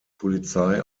polizei